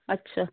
ਅੱਛਾ